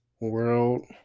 world